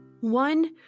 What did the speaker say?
One